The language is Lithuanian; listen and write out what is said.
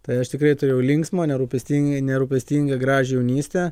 tai aš tikrai turėjau linksmą nerūpestingai nerūpestingą gražią jaunystę